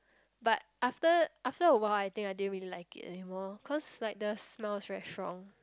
but after after a while I think I didn't really like it anymore cause like the smell is very strong